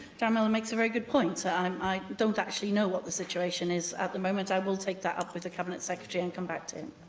darren millar makes a very good point. so and um i don't actually know what the situation is at the moment. i will take that up with the cabinet secretary and come back to him.